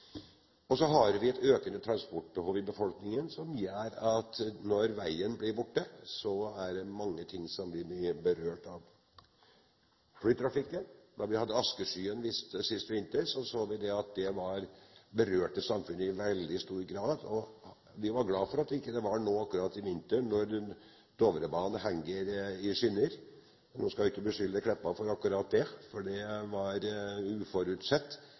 2010, så vi det berørte samfunnet i veldig stor grad, og vi var glade for at det ikke var akkurat nå i vinter, når Dovrebanen henger i skinner. Nå skal jeg ikke beskylde statsråd Meltveit Kleppa for akkurat det, for det var uforutsett,